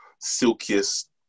silkiest